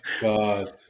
God